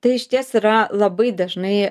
tai išties yra labai dažnai